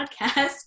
podcast